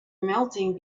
melting